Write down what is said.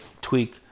tweak